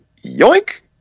yoink